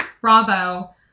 bravo